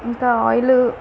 ఇంకా ఆయిలు